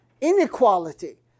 inequality